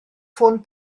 ffôn